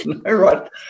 right